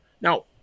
Now